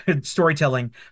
storytelling